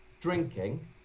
drinking